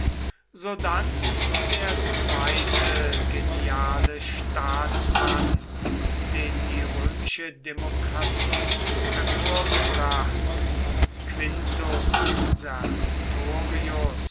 sodann der zweite geniale staatsmann den die römische demokratie hervorgebracht quintus